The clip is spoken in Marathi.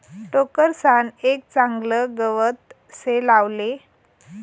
टोकरसान एक चागलं गवत से लावले